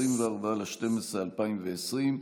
24 בדצמבר 2020,